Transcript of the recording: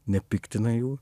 nepiktina jų